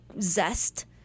zest